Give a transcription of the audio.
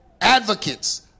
advocates